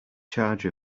charge